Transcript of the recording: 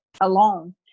alone